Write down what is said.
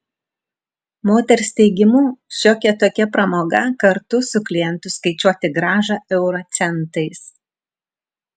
moters teigimu šiokia tokia pramoga kartu su klientu skaičiuoti grąžą euro centais